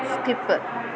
skip